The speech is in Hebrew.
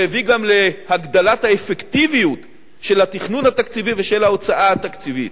והביא גם להגדלת האפקטיביות של התכנון התקציבי ושל ההוצאה התקציבית.